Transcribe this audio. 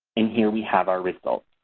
and here we have our results.